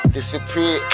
Disappear